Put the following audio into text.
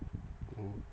oh